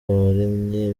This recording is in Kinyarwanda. waremye